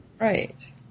Right